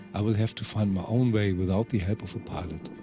i will have to find my own way without the help of a pilot.